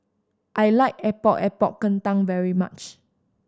I like Epok Epok Kentang very much